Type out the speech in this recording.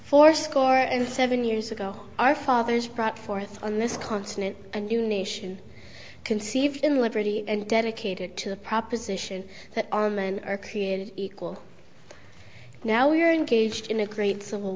four score and seven years ago our fathers brought forth on this continent a new nation conceived in liberty and dedicated to the proposition that all men are created equal now we are engaged in a great civil